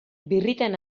birritan